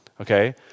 okay